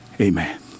Amen